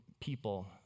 people